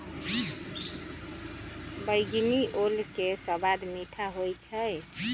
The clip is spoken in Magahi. बइगनी ओल के सवाद मीठ होइ छइ